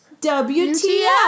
WTF